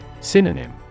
Synonym